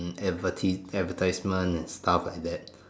advertis~ advertisement and stuff like that